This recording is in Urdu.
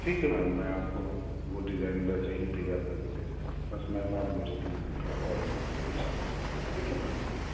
ٹھیک ہے میم میں آپ کو وہ ڈیزائن ویسے ہی تیار کر کے دے دوں گا بس میم آپ مجھے تین دن کا اور وقت دے دیجیے ٹھیک ہے میم